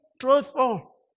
truthful